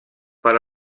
per